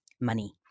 money